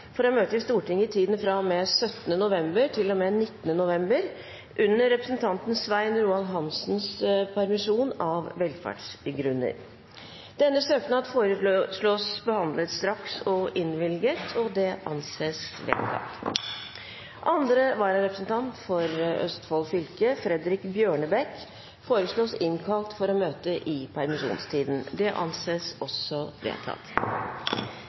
for å møte i Stortinget i tiden fra og med 17. november til og med 19. november under representanten Svein Roald Hansens permisjon, av velferdsgrunner. Etter forslag fra presidenten ble enstemmig besluttet: Søknaden behandles straks og innvilges. Andre vararepresentant for Østfold fylke, Fredrik Bjørnebekk, innkalles for å møte i permisjonstiden. Fredrik Bjørnebekk er til stede og vil ta sete. Det